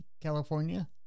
California